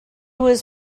was